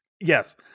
Yes